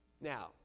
Now